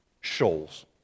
Shoals